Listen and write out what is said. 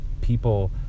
people